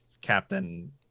Captain